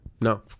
No